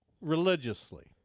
religiously